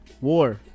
war